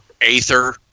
Aether